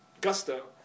gusto